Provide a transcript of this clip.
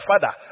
father